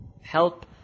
help